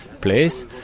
place